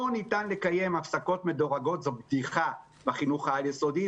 לא ניתן לקיים הפסקות מדורגות זו בדיחה בחינוך העל-יסודי.